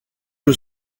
que